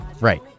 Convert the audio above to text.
Right